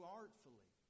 artfully